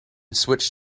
switch